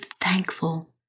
thankful